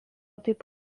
taip